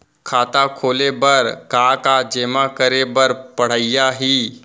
खाता खोले बर का का जेमा करे बर पढ़इया ही?